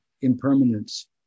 impermanence